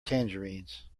tangerines